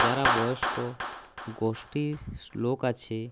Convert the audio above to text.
যারা বয়স্ক গোষ্ঠীর লোক আছে